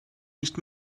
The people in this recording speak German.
nicht